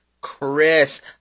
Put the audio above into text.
Chris